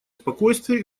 спокойствие